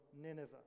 Nineveh